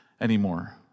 anymore